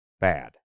bad